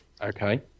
Okay